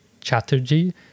Chatterjee